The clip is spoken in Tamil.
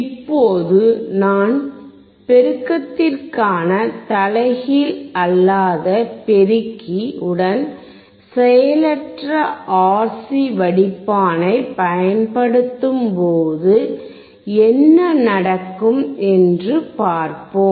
இப்போது நான் பெருக்கத்திற்கான தலைகீழ் அல்லாத பெருக்கி உடன் செயலற்ற RC வடிப்பானை பயன்படுத்தும் போது என்ன நடக்கும் என்று பார்ப்போம்